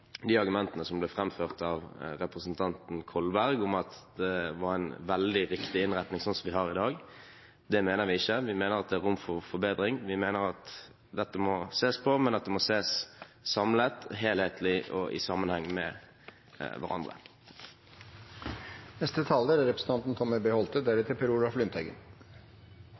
representanten Kolberg, om at det er en veldig riktig innretning det som vi har i dag. Det mener vi ikke, vi mener at det er rom for forbedring. Vi mener at dette må ses på, men at det må ses samlet, helhetlig og i sammenheng.